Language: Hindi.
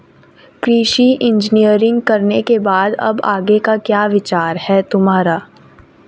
कृषि इंजीनियरिंग करने के बाद अब आगे का क्या विचार है तुम्हारा?